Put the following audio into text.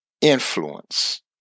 influence